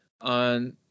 on